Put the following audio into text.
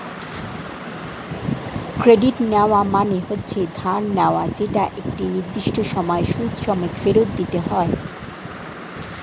credit নেওয়া মানে হচ্ছে ধার নেওয়া যেটা একটা নির্দিষ্ট সময়ে সুদ সমেত ফেরত দিতে হয়